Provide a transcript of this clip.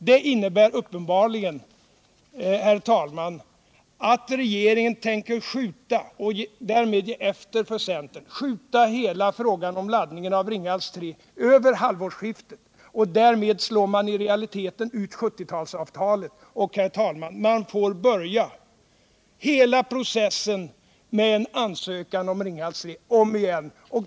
Detta innebär uppenbarligen, herr talman, att regeringen tänker skjuta hela frågan om laddningen av Ringhals 3 till efter halvårsskiftet och på så sätt ge efter för centern. Därmed slår man i realiteten ut avtalet från 1970-talet, och man får, herr talman, börja hela processen med en ansökan om Ringhals 3 på nytt.